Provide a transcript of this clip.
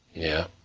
yeah.